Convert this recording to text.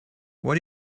what